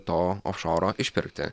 to ofšoro išpirkti